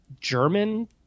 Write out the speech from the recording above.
German